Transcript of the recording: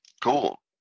Cool